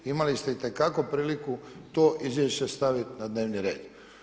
Imali ste itekako priliku to izvješće staviti na dnevni red.